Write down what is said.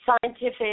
scientific